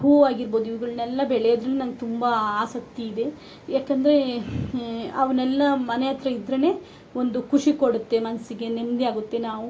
ಹೂವು ಆಗಿರ್ಬೋದು ಇವುಗಳನೆಲ್ಲಾ ಬೆಳೆಯೋದ್ ನಂಗೆ ತುಂಬ ಆಸಕ್ತಿ ಇದೆ ಯಾಕಂದರೆ ಅವ್ನೆಲ್ಲಾ ಮನೆ ಹತ್ರ ಇದ್ರೆ ಒಂದು ಖುಷಿ ಕೊಡುತ್ತೆ ಮನ್ಸಿಗೆ ನೆಮ್ಮದಿ ಆಗುತ್ತೆ ನಾವು